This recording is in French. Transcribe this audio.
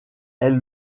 elle